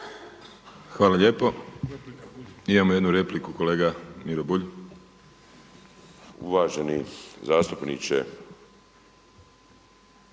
Hvala lijepo. Imamo jednu repliku kolega Miro Bulj. **Bulj,